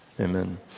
amen